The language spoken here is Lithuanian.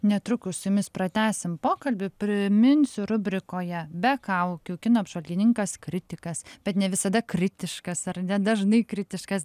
netrukus su jumis pratęsim pokalbį priminsiu rubrikoje be kaukių kino apžvalgininkas kritikas bet ne visada kritiškas ar nedažnai kritiškas